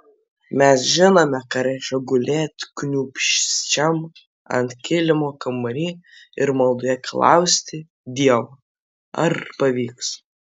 mes žinome ką reiškia gulėt kniūbsčiam ant kilimo kambary ir maldoje klausti dievo ar pavyks